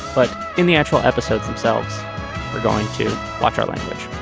but in the actual episodes themselves we're going to watch our language.